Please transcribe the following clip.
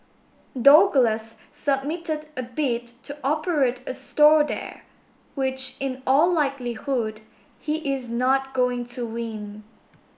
Douglas submitted a bid to operate a stall there which in all likelihood he is not going to win